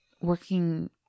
working